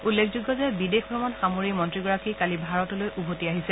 উল্লেখযোগ্য যে বিদেশ ভ্ৰমণ সামৰি মন্ত্ৰীগৰাকী কালি ভাৰতলৈ উভতি আহিছে